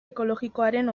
ekologikoaren